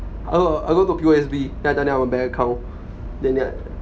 oh I go to P_O_S_B then I tell them I want bank account then